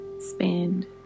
spend